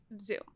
Zoom